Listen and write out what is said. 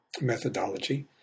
methodology